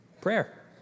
Prayer